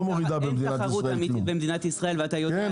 אין תחרות אמיתית במדינת ישראל ואתה יודע את זה.